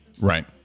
Right